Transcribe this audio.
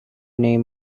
name